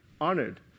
honored